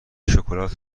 شکلات